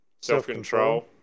Self-control